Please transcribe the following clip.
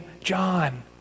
John